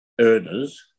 earners